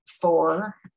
four